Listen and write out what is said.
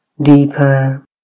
deeper